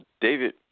David